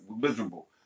miserable